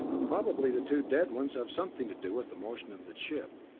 probably the two dead ones have something to do with the motion of the ship.